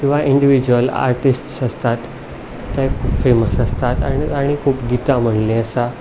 किंवां individual artists आसतात ते खूब फॅमस आसतात आनी आनी खूब गितां म्हणिल्लीं आसा